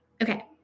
Okay